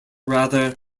rather